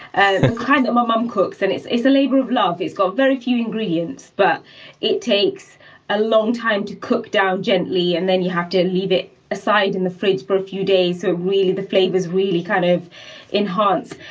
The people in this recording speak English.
and the kind that my mom cooks. and it's it's a labor of love. it's got very few ingredients, but it takes a long time to cook down gently, and then you have to leave it aside in the fridge for a few days so really the flavors kind of enhance.